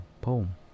poem